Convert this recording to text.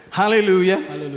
hallelujah